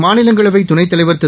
மாநிலங்களவைதுணைத்தலைவர்திரு